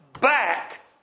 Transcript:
back